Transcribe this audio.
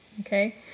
Okay